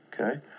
okay